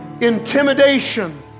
intimidation